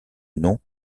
nom